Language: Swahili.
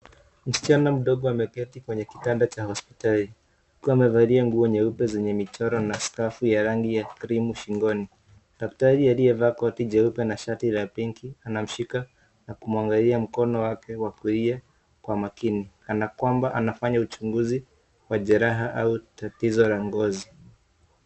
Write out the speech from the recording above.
Msichana mdogo ameketi kwenye kitanda cha hospitali huku amevalia nguo nyeupe zenye michoro na skafu ya rangi ya cream shingoni, daktari aliyevaa koti nyeupe na shati la pink anamshika na kuwangalia mkono wake wa kulia kwa makini kana kwamba anafanya uchunguzi wa jeraha au tatizo la ngozi.